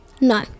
No